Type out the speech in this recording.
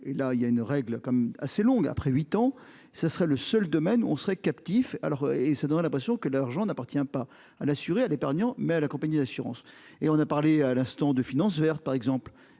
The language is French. là il y a une règle comme assez longue après 8 ans, ce serait le seul domaine où on serait captifs alors et ça l'impression que l'argent n'appartient pas à l'assuré à l'épargnant. Mais à la compagnie d'assurance et on a parlé à l'instant de finance verte par exemple,